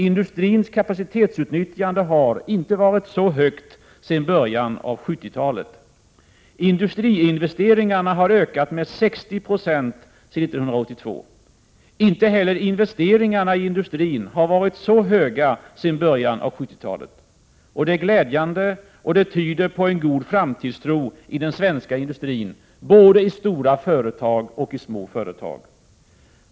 Industrins kapacitetsutnyttjande har inte varit så högt sedan början av 70-talet. Industriinvesteringarna har ökat med 60 96 sedan 1982. Inte heller investeringarna i industrin har varit så höga sedan början av 70-talet. Det är glädjande, och det tyder på en god framtidstroi den svenska industrin, i både stora och små företag.